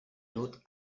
notre